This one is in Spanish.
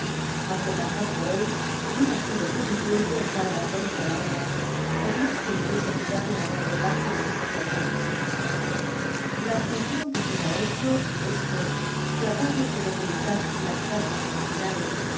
auxiqae tampoco él liubíara sido uficáente para dar mérito á ia obra por mas que le hubiese quitado una grande parte de sus defectos la obeocion que ae me ha hecho es que tratándose de publicar las cartas originales